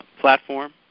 platform